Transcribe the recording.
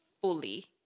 fully